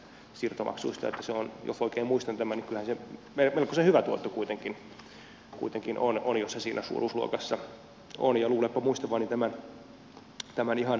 jos oikein muistan tämän niin kyllähän se melkoisen hyvä tuotto kuitenkin on jos se siinä suuruusluokassa on ja luulenpa muistavani tämän ihan oikein